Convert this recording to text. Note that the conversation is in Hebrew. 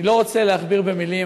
אני לא רוצה להכביר מילים,